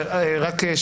רבותיי,